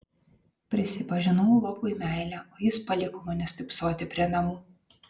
prisipažinau lopui meilę o jis paliko mane stypsoti prie namų